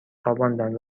خواباندند